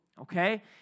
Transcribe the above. Okay